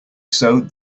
sewed